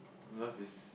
love is